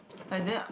like that